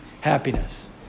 happiness